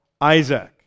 Isaac